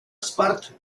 espart